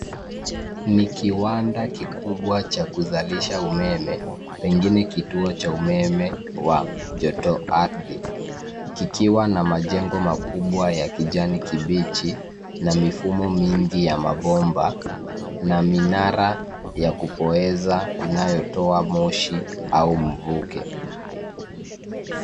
Ni kiwanda kikubwa cha kuzalisha umeme pengine kituo cha umeme wa joto ardhi, kikiwa na majengo makubwa ya kijani kibichi na mifumo mingi ya mabomba na minara ya kupoeza inayotoa moshi au mvuke.